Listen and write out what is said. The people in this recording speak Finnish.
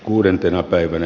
kuudentena päivänä